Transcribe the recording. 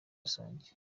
rusange